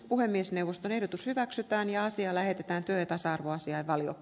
puhemiesneuvoston ehdotus hyväksytään ja asia lähetetään työ tasa arvoasiainvaliot